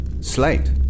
Slate